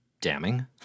damning